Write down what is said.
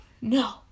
No